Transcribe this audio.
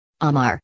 Amar